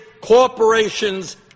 corporations